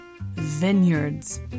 vineyards